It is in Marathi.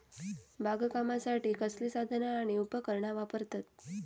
बागकामासाठी कसली साधना आणि उपकरणा वापरतत?